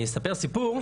אני אספר לכם סיפור.